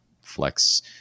flex